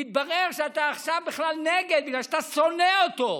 מתברר שאתה עכשיו בכלל נגד בגלל שאתה שונא אותו.